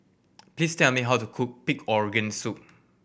please tell me how to cook pig organ soup